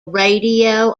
radio